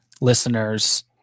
listeners